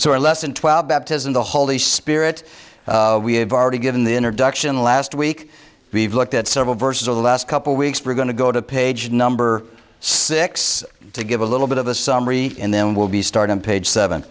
so our lesson twelve baptism the holy spirit we have already given the introduction last week we've looked at several verses in the last couple weeks we're going to go to page number six to give a little bit of a summary and then we'll be start on page seven